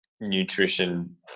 nutrition